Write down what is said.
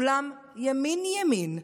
כולם ימין ימין,